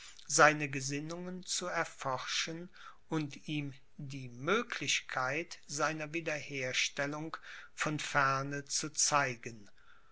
seine gesinnungen zu erforschen und ihm die möglichkeit seiner wiederherstellung von ferne zu zeigen